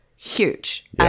huge